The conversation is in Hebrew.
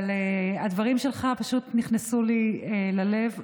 הדברים שלך פשוט נכנסו לי ללב,